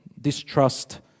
distrust